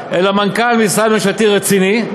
אלא מנכ"ל משרד ממשלתי רציני,